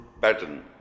pattern